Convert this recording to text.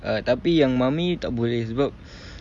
err tapi yang mummy tak boleh sebab